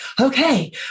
okay